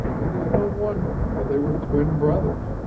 it is no wonder, for they were twin brothers.